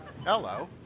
Hello